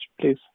please